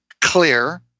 clear